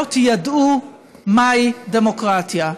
ממשלות ידעו מהי דמוקרטיה.